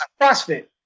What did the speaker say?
crossfit